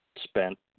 spent